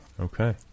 Okay